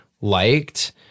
liked